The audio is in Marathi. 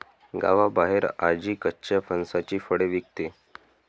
गावाबाहेर आजी कच्च्या फणसाची फळे विकते